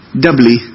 doubly